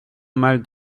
mal